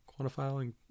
quantifying